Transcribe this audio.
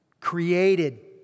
created